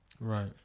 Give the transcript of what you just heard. Right